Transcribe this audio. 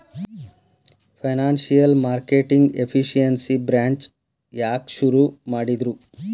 Financial marketing efficiency branch ಯಾಕ್ ಶುರು ಮಾಡಿದ್ರು?